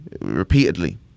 repeatedly